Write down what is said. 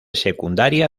secundaria